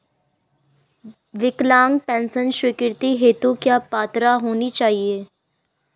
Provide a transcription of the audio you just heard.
विकलांग पेंशन स्वीकृति हेतु क्या पात्रता होनी चाहिये?